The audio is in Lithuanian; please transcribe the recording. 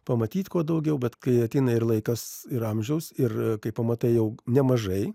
pamatyt kuo daugiau bet kai ateina ir laikas ir amžiaus ir kai pamatai jau nemažai